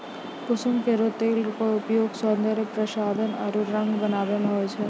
कुसुम केरो तेलो क उपयोग सौंदर्य प्रसाधन आरु रंग बनावै म होय छै